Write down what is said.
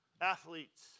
athletes